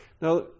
Now